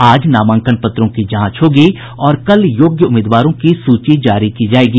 आज नामांकन पत्रों की जांच होगी और कल योग्य उम्मीदवारों की सूची जारी की जायेगी